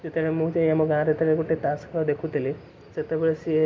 ଯେତେବେଳେ ମୁଁ ଯାଇ ଆମ ଗାଁରେ ଯେତେବେଳେ ଗୋଟେ ତାସ୍ ଖେଳ ଦେଖୁଥିଲି ସେତେବେଳେ ସିଏ